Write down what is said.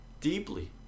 deeply